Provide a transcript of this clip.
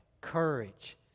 courage